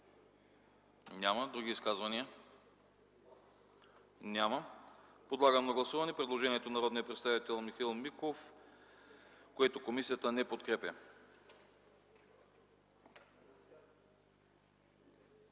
Няма. Други изказвания? Няма. Подлагам на гласуване предложението на народния представител Михаил Миков, което комисията не подкрепя.